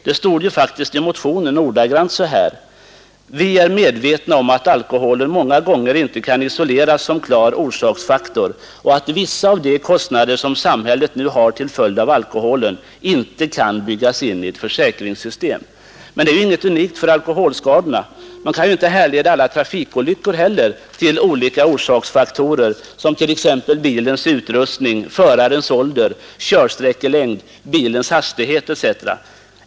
Det stod faktiskt i motionen ordagrant så här: ”Vi är medvetna om att alkoholen många gånger inte kan isoleras som klar orsaksfaktor och att vissa av de kostnader som samhället nu har till följd av alkoholen inte kan byggas in i ett försäkringssystem.” Men det är ju inget unikt för alkoholskadorna. Man kan inte säkert härleda alla trafikolyckor heller till olika orsaksfaktorer, t.ex. bilens utrustning, förarens ålder, körsträckans längd, bilens hastighet etc.